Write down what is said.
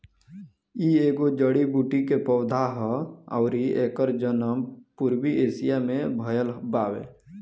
इ एगो जड़ी बूटी के पौधा हा अउरी एकर जनम पूर्वी एशिया में भयल बावे